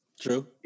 True